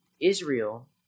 Israel